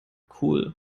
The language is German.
cool